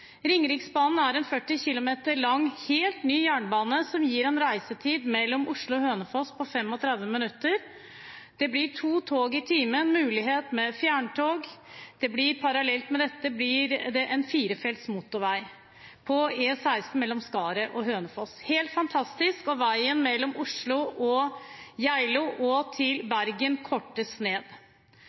Ringeriksbanen er en 40 km lang helt ny jernbane som gir en reisetid mellom Oslo og Hønefoss på 35 minutter. Det blir to tog i timen og en mulighet for fjerntog. Parallelt med dette bygges en firefelts motorvei på E16 mellom Skaret og Hønefoss. Helt fantastisk! Veien mellom Oslo, Geilo og til Bergen kortes ned.